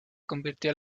convirtió